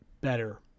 better